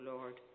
Lord